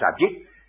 subject